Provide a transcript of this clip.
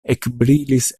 ekbrilis